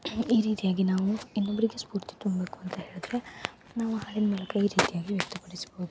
ಈ ರೀತಿಯಾಗಿ ನಾವು ಇನ್ನೊಬ್ಬರಿಗೆ ಸ್ಫೂರ್ತಿ ತುಂಬ್ಬೇಕು ಅಂತ ಹೇಳ್ದ್ರೆ ನಾವು ಹಾಡಿನ ಮೂಲಕ ಈ ರೀತಿಯಾಗಿ ವ್ಯಕ್ತಪಡಿಸ್ಬೋದು